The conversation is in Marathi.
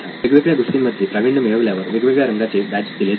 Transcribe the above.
वेगवेगळ्या गोष्टींमध्ये प्राविण्य मिळाल्यावर वेगवेगळ्या रंगाचे बॅज दिले जातात